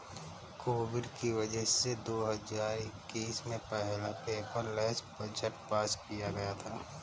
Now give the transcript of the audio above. Covid की वजह से दो हजार इक्कीस में पहला पेपरलैस बजट पास किया गया था